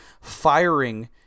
firing